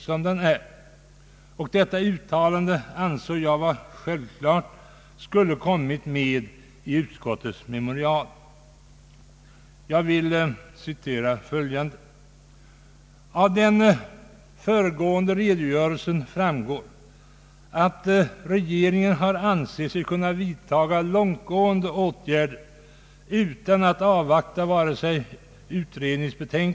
Jag anser det självklart att detta uttalande skulle ha kommit med i utskottets memorial. Jag citerar följande: ”Av den föregående redogörelsen framgår att regeringen har ansett sig kunna vidta långtgående åtgärder utan att avvakta vare sig utredningsbetän Ang.